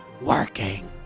working